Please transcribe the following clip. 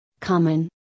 common